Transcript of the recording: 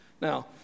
Now